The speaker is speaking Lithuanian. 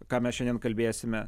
ką mes šiandien kalbėsime